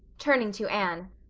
turning to anne,